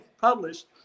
published